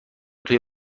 توی